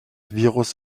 virus